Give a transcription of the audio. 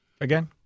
Again